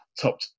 top